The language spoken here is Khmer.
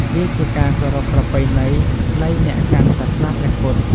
វាជាការគោរពប្រពៃណីនៃអ្នកកាន់សាសនាព្រះពុទ្ធ។